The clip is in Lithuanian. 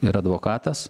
yra advokatas